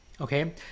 Okay